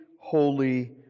holy